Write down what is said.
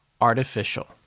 artificial